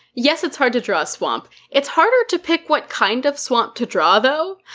yes it's hard to draw a swamp. it's harder to pick what kind of swamp to draw though.